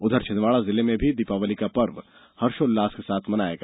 उधर छिंदवाड़ा जिले में भी दीपावली का पर्व हर्षोल्लास के साथ मनाया गया